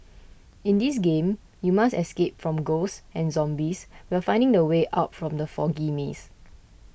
in this game you must escape from ghosts and zombies while finding the way out from the foggy maze